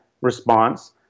response